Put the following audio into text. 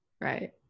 Right